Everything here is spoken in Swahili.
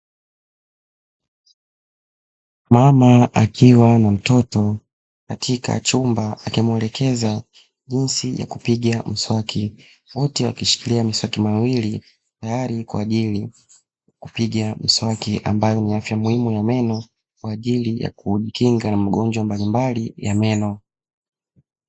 Mama akiwa na Mtoto katika chumba, akimuelekeza jinsi ya kupiga mswaki, wote wakishikilia miswaki miwili tayari kwa ajili kupiga mswaki, ambao ni afya muhimu ya meno kwa ajili ya kukinga magonjwa mbalimbali ya meno.